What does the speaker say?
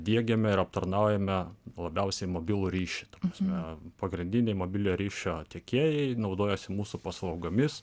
diegiame ir aptarnaujame labiausiai mobilų ryšį ta prasme pagrindiniai mobiliojo ryšio tiekėjai naudojasi mūsų paslaugomis